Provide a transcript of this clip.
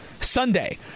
Sunday